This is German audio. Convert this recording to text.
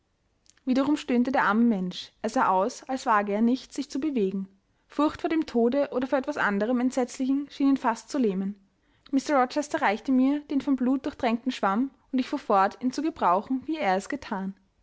wiederum stöhnte der arme mensch er sah aus als wage er nicht sich zu bewegen furcht vor dem tode oder vor etwas anderem entsetzlichen schien ihn fast zu lähmen mr rochester reichte mir den von blut durchtränkten schwamm und ich fuhr fort ihn zu gebrauchen wie er es gethan